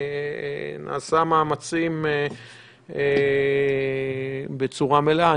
נעשו מאמצים בצורה מלאה.